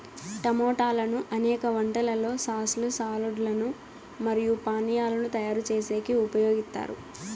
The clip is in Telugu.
టమోటాలను అనేక వంటలలో సాస్ లు, సాలడ్ లు మరియు పానీయాలను తయారు చేసేకి ఉపయోగిత్తారు